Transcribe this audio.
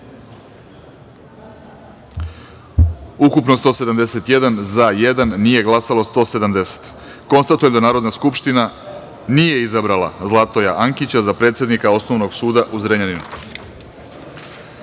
za – jedan, nije glasalo 170.Konstatujem da Narodna skupština nije izabrala Zlatoja Ankića, za predsednika Osnovnog suda u Zrenjaninu. Stavljam